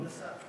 כבוד השר,